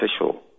official